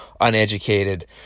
Uneducated